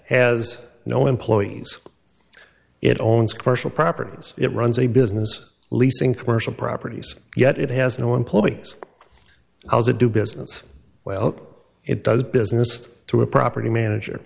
has no employees it owns question properties it runs a business leasing commercial properties yet it has no employees i was a do business well it does business to a property manager